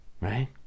right